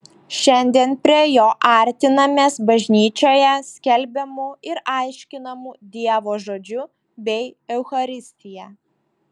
šiandien prie jo artinamės bažnyčioje skelbiamu ir aiškinamu dievo žodžiu bei eucharistija